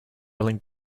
feeling